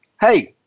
Hey